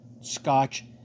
Scotch